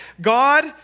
God